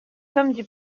comme